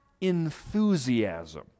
enthusiasm